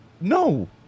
No